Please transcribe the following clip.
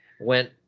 went